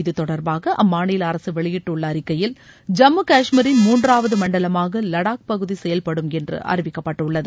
இது தொடர்பாக அம்மாநில அரசு வெளியிட்டுள்ள அறிக்கையில் ஜம்மு காஷ்மீரின் மூன்றாவது மண்டலமாக லடாக் பகுதி செயல்படும் என்று அறிவிக்கப்பட்டுள்ளது